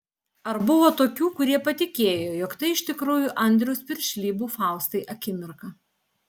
ar buvo tokių kurie patikėjo jog tai iš tikrųjų andriaus piršlybų faustai akimirka